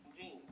Jeans